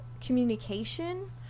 communication